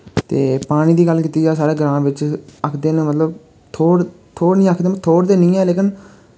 ते पानी दी गल्ल कीती जा साढ़े ग्रां बिच आखदे न मतलब थोह्ड़ थो निं आखदे थोह्ड़ ते निं ऐ लेकिन